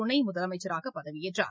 துணை முதலமைச்சராக பகவியேற்றார்